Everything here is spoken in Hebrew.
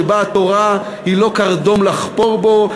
שבה התורה היא לא קרדום לחפור בו,